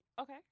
Okay